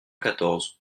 quatorze